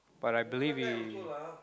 but I believe he